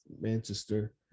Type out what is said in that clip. Manchester